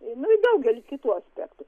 nu į daugelį kitų aspektų